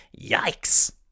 Yikes